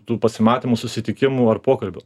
tų pasimatymų susitikimų ar pokalbių